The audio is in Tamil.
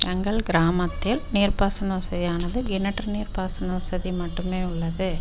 எங்கள் கிராமத்தில் நீர்ப்பாசன வசதியானது கிணற்று நீர் பாசனம் வசதி மட்டுமே உள்ளது